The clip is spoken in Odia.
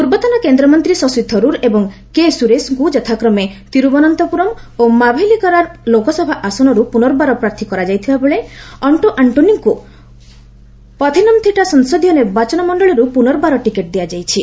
ପୂର୍ବତନ କେନ୍ଦ୍ରମନ୍ତ୍ରୀ ଶଶି ଥରୁର୍ ଏବଂ କେ ସୁରେଶଙ୍କୁ ଯଥାକ୍ରମେ ତିରୁବନ୍ତପୁରମ୍ ଓ ମାଭେଲିକରା ଲୋକସଭା ଆସନରୁ ପୁନର୍ବାର ପ୍ରାର୍ଥୀ କରାଯାଇଥିବାବେଳେ ଅକ୍ଟୋ ଆଙ୍କୋନିଙ୍କୁ ପଥନମ୍ଥିଟା ସଂସଦୀୟ ନିର୍ବାଚନ ମଣ୍ଡଳୀରୁ ପୁନର୍ବାର ଟିକେଟ୍ ଦିଆଯାଇଛି